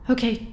Okay